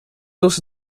also